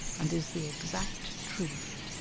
and is the exact truth